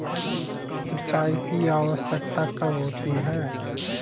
सिंचाई की आवश्यकता कब होती है?